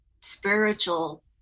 spiritual